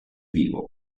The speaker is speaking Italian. vivo